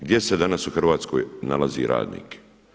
Gdje se danas u Hrvatskoj nalazi radnik?